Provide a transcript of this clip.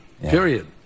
Period